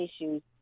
issues